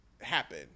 Happen